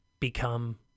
become